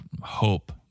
hope